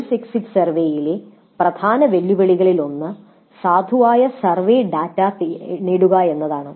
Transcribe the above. course exit സർവേയിലെ പ്രധാന വെല്ലുവിളികളിൽ ഒന്ന് സാധുവായ സർവേ ഡാറ്റ നേടുക എന്നതാണ്